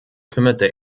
kümmerte